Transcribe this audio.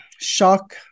shock